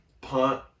punt